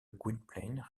gwynplaine